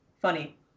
funny